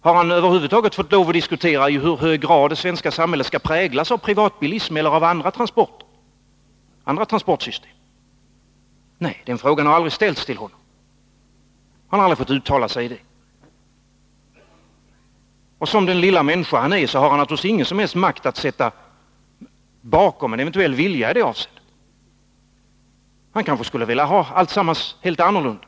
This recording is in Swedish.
Har han över huvud taget fått diskutera i hur hög grad det svenska samhället skall präglas av privatbilism eller av andra transportsystem? Nej, den frågan har aldrig ställts till honom. Han har aldrig fått uttala sig om det. Och som den lilla människa han är har han ingen som helst makt att sätta bakom en eventuell vilja i det avseendet. Han kanske skulle vilja ha alltsammans helt annorlunda.